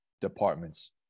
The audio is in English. departments